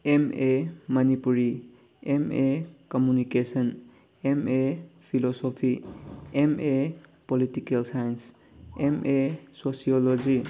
M A Manipuri M A communication M A philosophy M A political science M A sociology